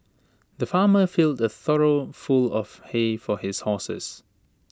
the farmer filled A trough full of hay for his horses